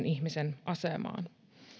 ihmisen asemaan